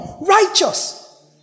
righteous